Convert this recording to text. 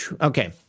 Okay